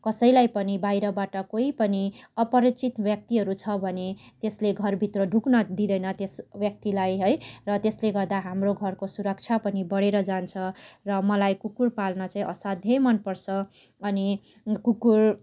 कसैलाई पनि बाहिरबाट कोही पनि अपरिचित व्यक्तिहरू छ भने त्यसले घरभित्र ढुक्न दिँदैन त्यस व्यक्तिलाई है र त्यसले गर्दा हाम्रो घरको सुरक्षा पनि बढेर जान्छ र मलाई कुकुर पाल्न चाहिँ असाध्यै मन पर्छ अनि कुकुर